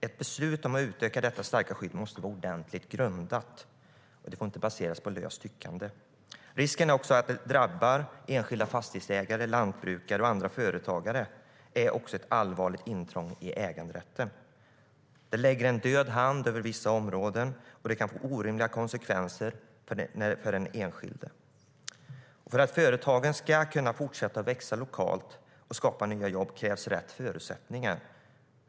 Ett beslut om att utöka detta starka skydd måste vara ordentligt grundat. Det får inte baseras på löst tyckande. Risken är att det drabbar enskilda fastighetsägare, lantbrukare och andra företagare. Det är också ett allvarligt intrång i äganderätten. Det lägger en död hand över vissa områden, och det kan få orimliga konsekvenser för den enskilde. För att företagen ska kunna fortsätta att växa lokalt och skapa nya jobb krävs rätt förutsättningar.